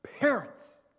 parents